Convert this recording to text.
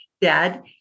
dad